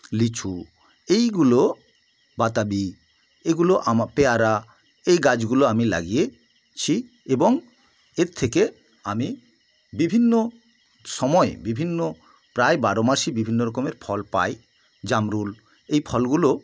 লিচু এইগুলো বাতাবি এগুলো আমা পেয়ারা এই গাছগুলো আমি লাগিয়েছি এবং এর থেকে আমি বিভিন্ন সময়ে বিভিন্ন প্রায় বারো মাসই বিভিন্ন রকমের ফল পাই জামরুল এই ফলগুলো